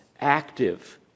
active